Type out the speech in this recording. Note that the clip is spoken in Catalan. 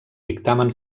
dictamen